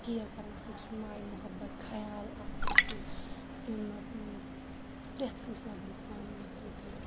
care کَران اکھ أکۍ سُنٛد ماے مُحَبَت خَیال اکھ أکۍ سُنٛد پرٛٮ۪تھ کٲنٛسہِ لَگ بَگ پانہٕ ؤنۍ آسان یِتھے پٲٹھۍ